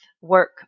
work